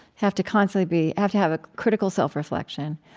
have to constantly be have to have a critical self-reflection.